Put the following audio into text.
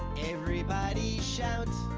everybody shout.